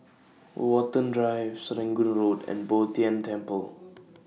Watten Drive Serangoon Road and Bo Tien Temple